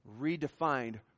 redefined